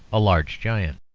a large giant.